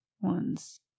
ones